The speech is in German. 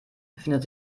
befindet